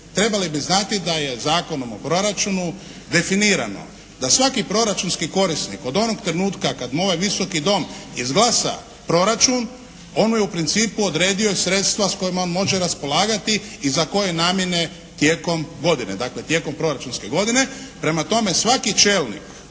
trebali bi znati da je Zakonom o proračunu definirano da svaki proračunski korisnik od onog trenutka kada mu ovaj Visoki dom izglasa proračun, on mu je u principu odredio sredstva s kojima može raspolagati i za koje namjene tijekom godine, dakle, tijekom proračunske godine. Prema tome, svaki čelnik